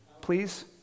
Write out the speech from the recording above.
please